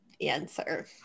answer